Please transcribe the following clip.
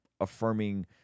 affirming